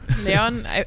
Leon